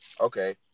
okay